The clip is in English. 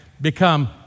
become